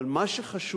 אבל מה שחשוב,